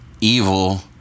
evil